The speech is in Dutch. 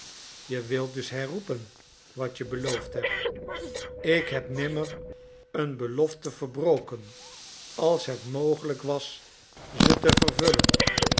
je wilt dus herroepen wat je beloofd hebt ik heb nimmer een belofte verbroken als het mogelijk was ze te vervullen